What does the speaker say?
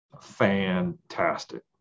fantastic